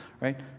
right